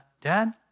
Dad